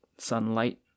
sunlight